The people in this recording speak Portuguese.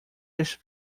esse